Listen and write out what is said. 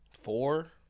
Four